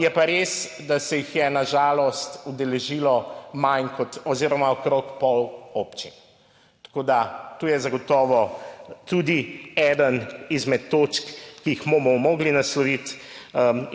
Je pa res, da se jih je na žalost udeležilo manj kot oziroma okrog pol občin. Tako da tu je zagotovo tudi eden izmed točk, ki jih bomo morali nasloviti